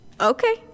Okay